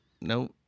no